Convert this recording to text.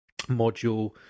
module